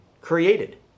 created